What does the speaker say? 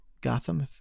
Gotham